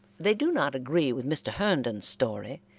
they do not agree with mr. herndon's story,